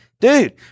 Dude